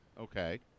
Okay